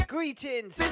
Greetings